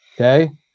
Okay